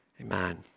amen